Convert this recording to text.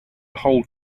whole